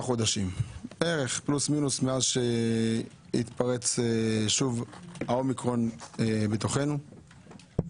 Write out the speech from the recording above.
חודשים בערך מאז שהתפרץ שוב האומיקרון בתוכנו,